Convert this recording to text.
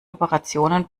operationen